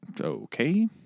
Okay